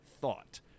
thought